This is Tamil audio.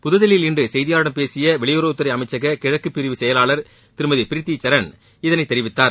புதுதில்லியில் இன்று செய்தியாளர்களிடம் பேசிய வெளியுறவு துறை அமைச்சக கிழக்கு பிரிவு செயலாளர் திருமதி ப்ரீத்தி சரண் இதனை தெரிவித்தார்